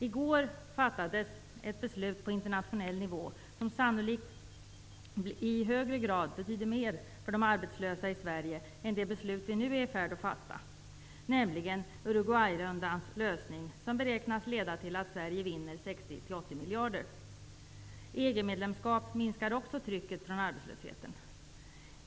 I går fattades ett beslut på internationell nivå, som sannolikt i högre grad betyder mer för de arbetslösa i Sverige än det beslut som vi nu är i färd med att fatta, nämligen Uruguayrundans lösning som beräknas leda till att Sverige vinner 60--80 miljarder. EG-medlemskap minskar också trycket från arbetslösheten.